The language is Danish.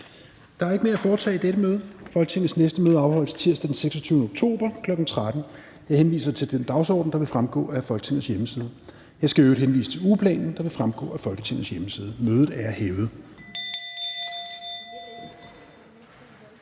Der er ikke mere at foretage i dette møde. Folketingets næste møde afholdes tirsdag den 26. oktober 2021, kl. 13.00. Jeg henviser til den dagsorden, der vil fremgå af Folketingets hjemmeside. Jeg skal i øvrigt henvise til ugeplanen, der vil fremgå af Folketingets hjemmeside. Mødet er hævet.